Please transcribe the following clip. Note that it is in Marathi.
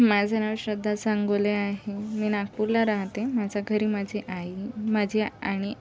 माझं नाव श्रद्धा सांगोले आहे मी नागपूरला राहते माझ्या घरी माझे आई माझे आणि